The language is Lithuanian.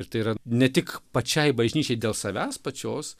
ir tai yra ne tik pačiai bažnyčiai dėl savęs pačios